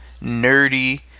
nerdy